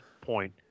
point